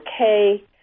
okay